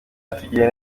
yatugiriye